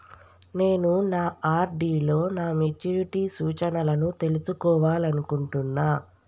నేను నా ఆర్.డి లో నా మెచ్యూరిటీ సూచనలను తెలుసుకోవాలనుకుంటున్నా